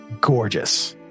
gorgeous